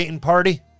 party